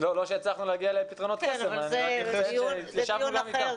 הצלחנו להגיע לפתרונות אבל ישבנו גם אתם.